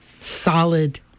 solid